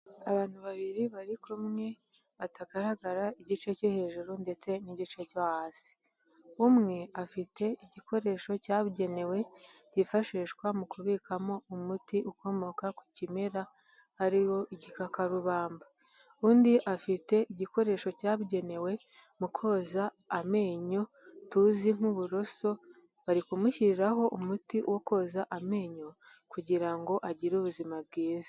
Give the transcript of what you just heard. Abantu babiri bari kumwe batagaragara igice cyo hejuru ndetse n'igice cyo hasi. Umwe afite igikoresho cyabugenewe cyifashishwa mu kubikamo umuti ukomoka ku kimera, ari wo igikakarubamba. Undi afite igikoresho cyabugenewe mu koza amenyo tuzi nk'uburoso, bari kumushyiriraho umuti wo koza amenyo kugira ngo agire ubuzima bwiza.